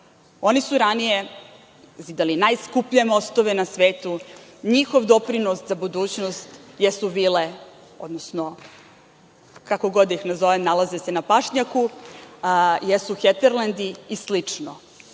Oni su ranije zidali najskuplje mostove na svetu, njihov doprinos za budućnost jesu vile, odnosno kako god ih nazovem, nalaze se na pašnjaku, jesu Heterlend i slično. Ova